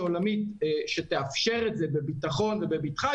עולמית שתאפשר את זה בביטחון ובביטחה,